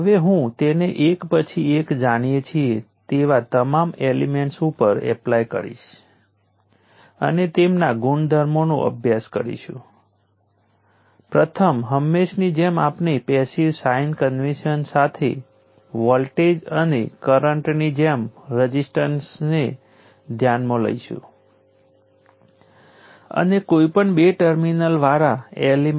હવે અન્ય કોઈ પણ એલિમેન્ટની જેમ જ પાવર V અને I ની પ્રોડક્ટ છે તે યાદ રાખવું અગત્યનું છે કે આ વોલ્ટેજ સોર્સને પાવર પહોંચાડે છે અથવા બીજા શબ્દોમાં વોલ્ટેજ સોર્સ દ્વારા શોષવામાં આવે છે આ વોલ્ટેજ સોર્સ દ્વારા શોષાયેલ પાવર છે અને તેના વિશે કંઈ ખાસ નહીં પણ પાવરનું ઇન્ટિગ્રલ ભાગ હશે